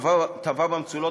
טבע במצולות.